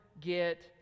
get